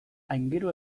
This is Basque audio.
aingeru